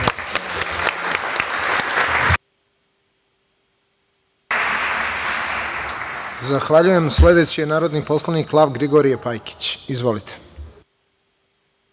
Zahvaljujem. Sledeći je narodni poslanik Lav Grigorije Pajkić. Izvolite.